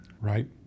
Right